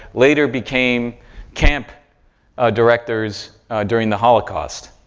later became camp directors during the holocaust.